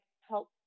help